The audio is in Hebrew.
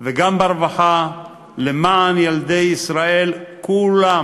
וגם ברווחה למען ילדי ישראל כולם,